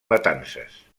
matances